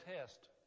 test